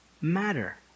matter